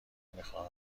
میخواهم